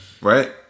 right